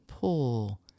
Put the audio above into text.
pull